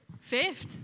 Fifth